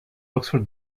oxford